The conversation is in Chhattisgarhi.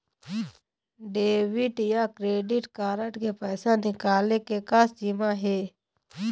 डेबिट या क्रेडिट कारड से पैसा निकाले के का सीमा हे?